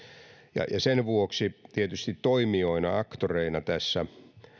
ja sen vuoksi tietysti toimijoina aktoreina tässä